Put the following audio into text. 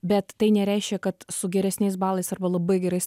bet tai nereiškia kad su geresniais balais arba labai gerais